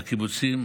בקיבוצים,